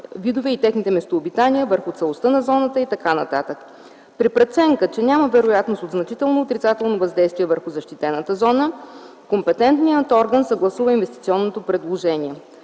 върху целостта на зоната и т.н. При преценка, че няма вероятност от значително отрицателно въздействие върху защитената зона, компетентният орган съгласува инвестиционното предложение.